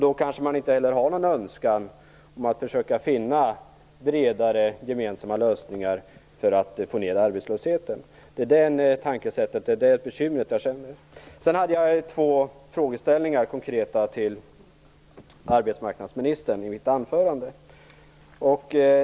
Då kanske den inte heller har någon önskan om att försöka finna bredare gemensamma lösningar för att få ner arbetslösheten. Det bekymrar mig. Jag ställde två konkreta frågor till arbetsmarknadsministern i mitt anförande.